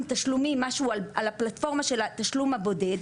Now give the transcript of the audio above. תשלומים משהו על הפלטפורמה של התשלום הבודד,